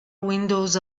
windows